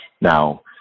now